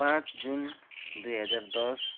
पाँच जुन दुई हजार दस